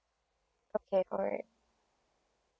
okay correct